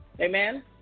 Amen